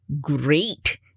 great